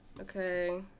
Okay